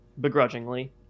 Begrudgingly